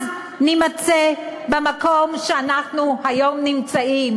אז נימצא במקום שאנחנו היום נמצאים,